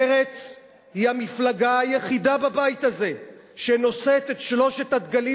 מרצ היא המפלגה היחידה בבית הזה שנושאת את שלושת הדגלים